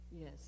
Yes